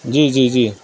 جی جی جی